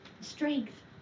strength